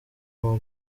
n’uwo